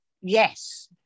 yes